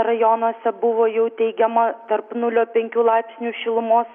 rajonuose buvo jau teigiama tarp nulio penkių laipsnių šilumos